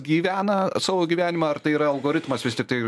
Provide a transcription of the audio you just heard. gyvena savo gyvenimą ar tai yra algoritmas vis tiktai